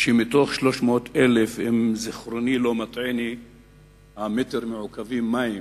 שמתוך 300,000 מ"ק מים